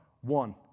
One